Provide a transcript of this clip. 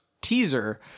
teaser